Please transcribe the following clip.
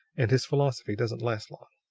and his philosophy doesn't last long.